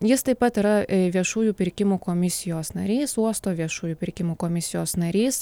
jis taip pat yra viešųjų pirkimų komisijos narys uosto viešųjų pirkimų komisijos narys